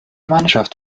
mannschaft